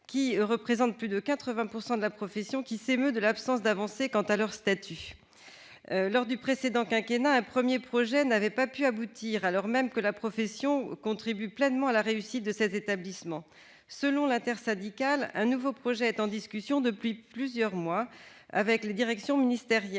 qui représente plus de 80 % de la profession, s'émeut de l'absence d'avancées quant à leur statut. Lors du précédent quinquennat, un premier projet n'avait pas pu aboutir, alors même que la profession contribue pleinement à la réussite de ces établissements. Selon l'intersyndicale, un nouveau projet est en discussion depuis plusieurs mois avec les directions ministérielles